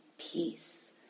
peace